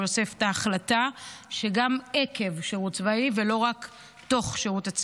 יוסף את ההחלטה שגם "עקב שירות" ולא רק "תוך שירות".